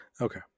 Okay